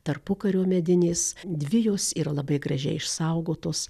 tarpukario medinės dvi jos yra labai gražiai išsaugotos